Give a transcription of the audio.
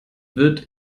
wird